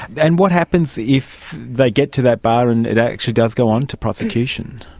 and what happens if they get to that bar and it actually does go on to prosecution?